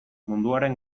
munduaren